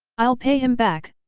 i'll pay him back,